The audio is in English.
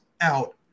out